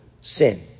sin